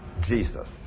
Jesus